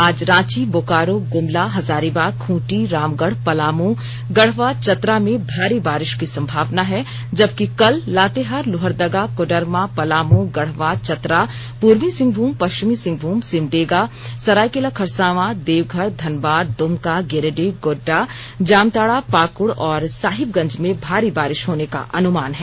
आज रांची बोकारो गुमला हजारीबाग खूंटी रामगढ़ पलामू गढ़वा चतरा में भारी बारिश की संभावना है जबकि कल लातेहार लोहरदगा कोडरमा पलाम गढ़वा चतरा पूर्वी सिंहभूम पश्चिमी सिंहभूम सिमडेगा सरायकेला खरसावा देवघर धनबाद दुमका गिरिडीह गोड्डा जामताड़ा पाकुड़ और साहिबगंज में भारी बारिश होने का अनुमान है